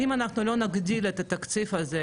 אם אנחנו לא נגדיל את התקציב הזה,